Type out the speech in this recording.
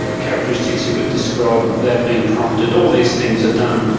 characteristics you could describe without being prompted, all these things are done,